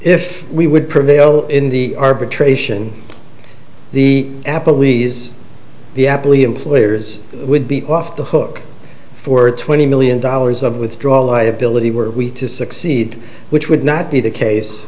if we would prevail in the arbitration the apple e's the apple e employers would be off the hook for twenty million dollars of withdrawal liability were we to succeed which would not be the case